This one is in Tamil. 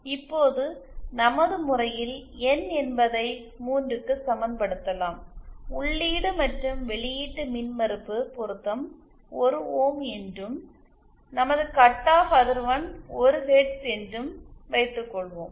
இப்போது நமது முறையில் என் என்பதை 3 க்கு சமன்படுத்தலாம் உள்ளீடு மற்றும் வெளியீட்டு மின்மறுப்பு பொருத்தம் 1 ஓம் என்றும் நமது கட் ஆஃப் அதிர்வெண் 1 ஹெர்ட்ஸ் என்றும் கொள்வோம்